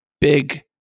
big